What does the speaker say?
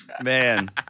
Man